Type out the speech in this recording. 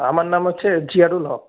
আমার নাম হচ্ছে জিয়ারুল হক